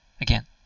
again